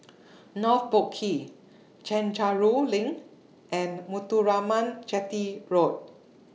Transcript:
North Boat Quay Chencharu LINK and Muthuraman Chetty Road